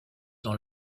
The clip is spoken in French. dans